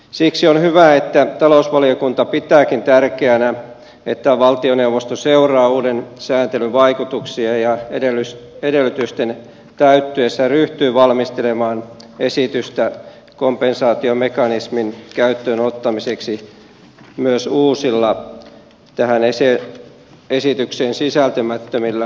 siksi on hyvä että talousvaliokunta pitääkin tärkeänä että valtioneuvosto seuraa uuden säätelyn vaikutuksia ja edellytysten täyttyessä ryhtyy valmistelemaan esitystä kompensaatiomekanismin käyttöön ottamiseksi myös uusilla tähän esitykseen sisältymättömillä alueilla